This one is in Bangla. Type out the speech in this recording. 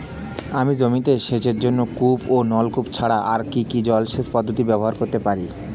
আমি জমিতে সেচের জন্য কূপ ও নলকূপ ছাড়া আর কি জলসেচ পদ্ধতি ব্যবহার করতে পারি?